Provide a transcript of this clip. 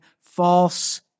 false